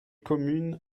communes